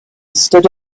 stood